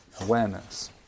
awareness